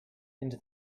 into